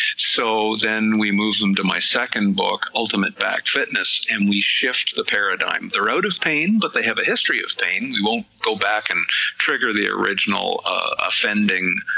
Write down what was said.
so then we move them to my second book ultimate back fitness, and we shift the paradigm, they are out of pain, but they have a history of pain, we won't go back and trigger the original offending